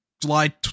July –